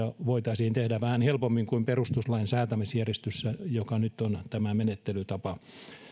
voitaisiin tehdä vähän helpommin kuin perustuslain säätämisjärjestyksessä joka nyt on tämä menettelytapa